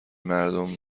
مردم